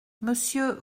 monsieur